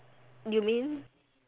you mean